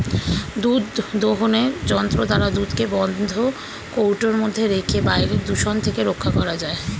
দুধ দোহনের যন্ত্র দ্বারা দুধকে বন্ধ কৌটোর মধ্যে রেখে বাইরের দূষণ থেকে রক্ষা করা যায়